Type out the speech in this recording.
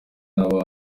nabo